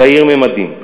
זעיר ממדים.